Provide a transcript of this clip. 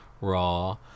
raw